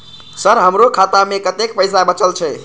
Sir हमरो खाता में कतेक पैसा बचल छे?